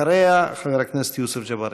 אחריה, חבר הכנסת יוסף ג'בארין.